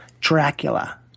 Dracula